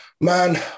Man